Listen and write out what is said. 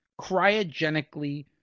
cryogenically